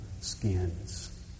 skins